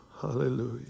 Hallelujah